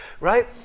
Right